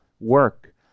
work